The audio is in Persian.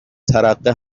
ترقه